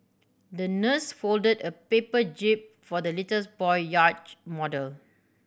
the nurse folded a paper jib for the little boy yacht model